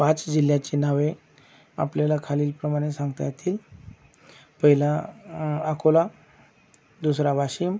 पाच जिल्ह्याची नावे आपल्याला खालीलप्रमाणे सांगता येतील पहिलं अकोला दुसरा वाशिम